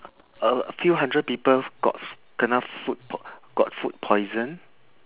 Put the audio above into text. uh a few hundred people got f~ kena food p~ got food poisoned